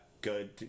good